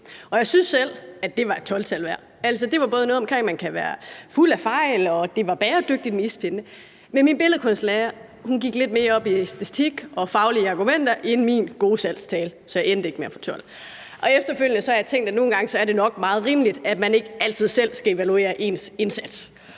jeg syntes selv, at det var et 12-tal værd. Det var både noget med, at man kan være fuld af fejl, og at det var bæredygtigt med ispinde, men min billedkunstlærer gik lidt mere op i æstetik og faglige argumenter end min gode salgstale, så jeg endte ikke med at få 12. Efterfølgende har jeg tænkt, at nogle gange er det nok meget rimeligt, at man ikke altid selv skal evaluere sin egen indsats.